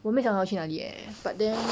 我没想到去哪里 eh but then